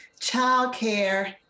Childcare